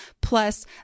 Plus